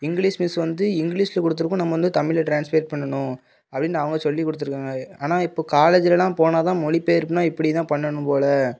English miss வந்து இங்கிலீஷில் கொடுத்துருக்கும் நம்ம வந்து தமிழில் ட்ரான்ஸ்லேட் பண்ணணும் அப்படின்னு அவங்க சொல்லிக் கொடுத்துருக்கறாங்க ஆனால் இப்போ காலேஜுலலாம் போனால் தான் மொலிபெயர்ப்புன்னா இப்படி தான் பண்ணணும் போல்